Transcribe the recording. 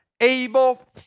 able